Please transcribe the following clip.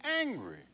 angry